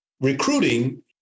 recruiting